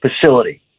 Facility